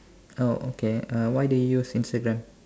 oh okay uh why do you use Instagram